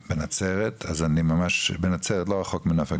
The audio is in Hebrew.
בנצרת, לא רחוק מנוף הגליל.